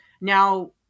Now